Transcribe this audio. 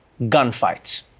Gunfights